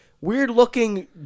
weird-looking